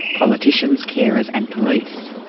politicians, carers and police.